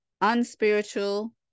unspiritual